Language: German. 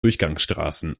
durchgangsstrassen